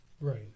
Right